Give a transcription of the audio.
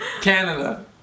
Canada